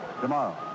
tomorrow